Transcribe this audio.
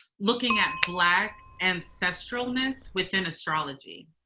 looking at black ancestral myths within astrology